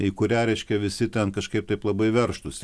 į kurią reiškia visi ten kažkaip taip labai veržtųsi